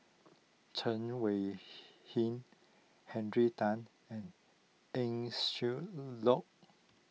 Chen Wen Hsi Henry Tan and Eng Siak Loy